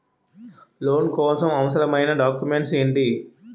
Loan కోసం అవసరమైన documents ఎంటి?